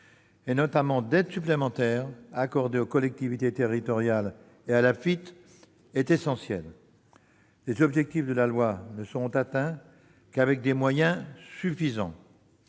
la question des aides supplémentaires accordées aux collectivités territoriales et à l'Afitf -est essentielle. Les objectifs du projet de loi ne seront atteints qu'avec des moyens suffisants.